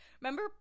Remember